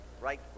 right